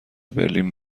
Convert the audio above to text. برلین